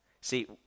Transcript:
See